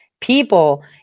people